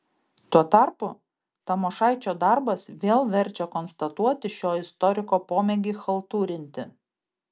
tuo tarpu tamošaičio darbas vėl verčia konstatuoti šio istoriko pomėgį chaltūrinti